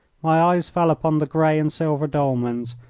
my eyes fell upon the grey and silver dolmans,